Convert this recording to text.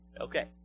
Okay